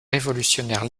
révolutionnaire